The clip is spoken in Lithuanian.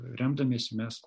remdamiesi mes